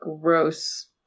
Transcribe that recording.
Gross